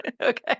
Okay